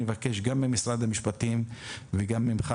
אני מבקש ממשרד המשפטים וגם ממך,